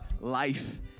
life